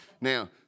Now